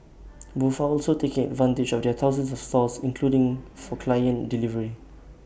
both are also taking advantage of their thousands of stores including for client delivery